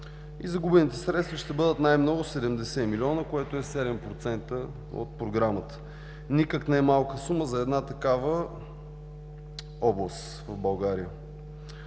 и загубените средства ще бъдат най-много 70 млн. лв., което е 7% от програмата. Никак не е малка сума за една такава област в България.